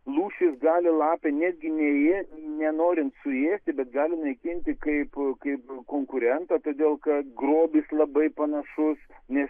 lūšis gali lapę negti neė nenorint suėsti bet gali naikinti kaip kaip konkurentą todėl kad grobis labai panašus nes